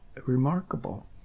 remarkable